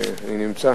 אני נמצא.